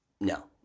No